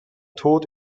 tod